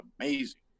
amazing